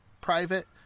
private